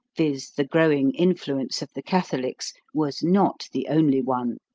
viz, the growing influence of the catholics, was not the only one.